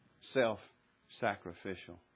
Self-sacrificial